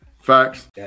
Facts